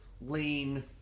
lean